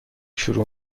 شروع